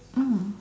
mm